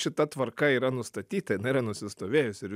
šita tvarka yra nustatyta jinai yra nusistovėjusi ir